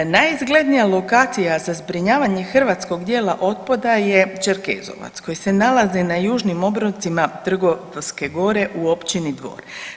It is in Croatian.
Najizglednija lokacija za zbrinjavanje hrvatskog dijela otpada je Čerkezovac koji se nalazi na južnim obroncima Trgovske gore u Općini Dvor.